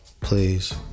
Please